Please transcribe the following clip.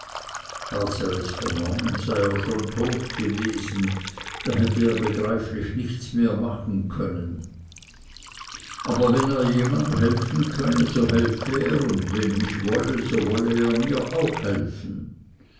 vernommen sei er schon tot gewesen da hätte er begreiflich nichts mehr machen können aber wenn er jemanden helfen könne so helfe er und wenn ich wolle so wolle er mir auch helfen